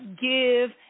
give